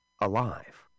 alive